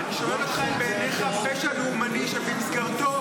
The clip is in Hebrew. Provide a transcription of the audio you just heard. אני שואל אותך אם בעיניך פשע לאומני שבמסגרתו